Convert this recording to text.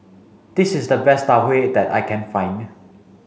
this is the best Tau Huay that I can find